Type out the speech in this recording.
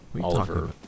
Oliver